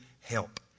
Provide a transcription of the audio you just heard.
help